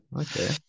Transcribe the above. okay